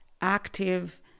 active